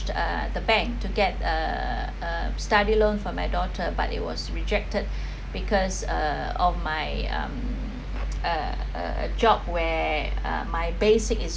uh the bank to get a a study loan for my daughter but it was rejected because uh of my um uh uh job where uh my basic is